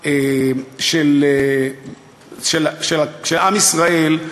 של עם ישראל,